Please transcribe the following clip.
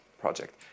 project